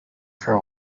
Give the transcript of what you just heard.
for